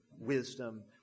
wisdom